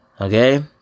Okay